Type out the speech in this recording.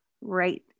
right